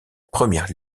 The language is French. première